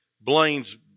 Blaine's